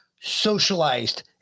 socialized